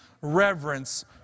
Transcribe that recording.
reverence